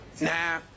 Nah